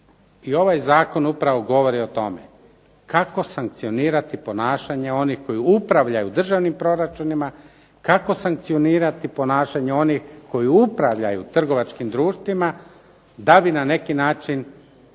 i ovaj zakon upravo govori o tome kako sankcionirati ponašanje onih koji upravljaju državnim proračunima, kako sankcionirati ponašanje onih koji upravljaju trgovačkim društvima da bi na neki način